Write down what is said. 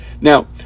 Now